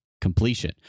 completion